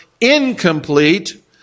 incomplete